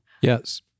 Yes